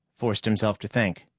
forced himself to think,